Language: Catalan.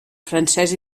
francès